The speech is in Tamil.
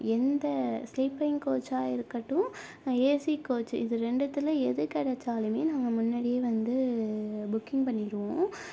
எந்த ஸ்லீப்பிங் கோச்சாக இருக்கட்டும் ஏசி கோச்சு இது ரெண்டுத்தில் எது கிடச்சாலுமே நாங்கள் முன்னடியே வந்து புக்கிங் பண்ணிருவோம்